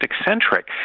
eccentric